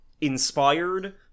inspired